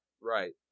Right